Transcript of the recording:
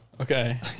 Okay